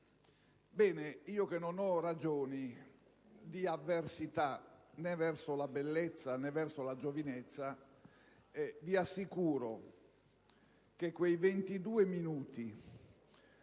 Ebbene, io, che non ho ragioni di avversità, né verso la bellezza, né verso la giovinezza, vi assicuro che quei 22 minuti